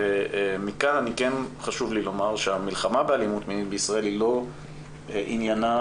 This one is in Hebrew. כאן חשוב לי לומר שהמלחמה באלימות בישראל היא לא עניינם